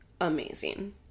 Amazing